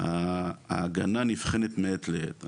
ההגנה נבחנת מעת לעת.